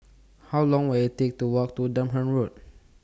How Long Will IT Take to Walk to Durham Road